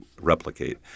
replicate